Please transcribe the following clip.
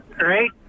right